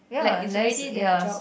like it's already their job